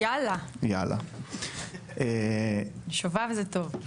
יאללה, שובב זה טוב.